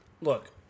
Look